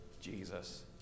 Jesus